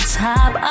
top